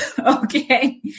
Okay